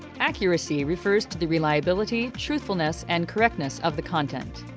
accuracy refers to the reliability, truthfulness and correctness of the content.